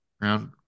round